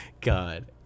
God